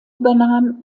übernahm